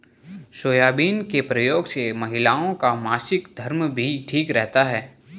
soybean के प्रयोग से महिलाओं का मासिक धर्म भी ठीक रहता है